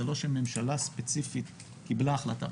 זה לא שממשלה ספציפית קיבלה החלטה.